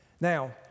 Now